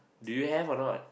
do you have or not